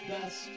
best